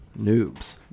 noobs